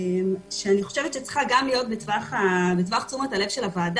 שאני חושבת שהיא גם צריכה להיות בטווח תשומת הלב של הוועדה